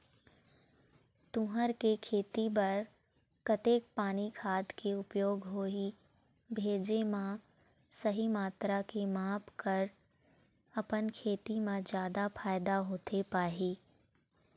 तुंहर के खेती बर कतेक पानी खाद के उपयोग होही भेजे मा सही मात्रा के माप कर अपन खेती मा जादा फायदा होथे पाही?